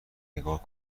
نگاه